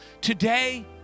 today